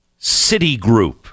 Citigroup